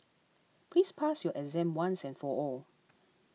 please pass your exam once and for all